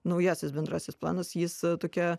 naujasis bendrasis planas jis tokia